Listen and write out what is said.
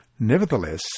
Nevertheless